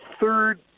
third